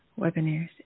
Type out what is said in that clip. webinars